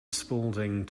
spaulding